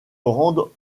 rendre